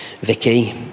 Vicky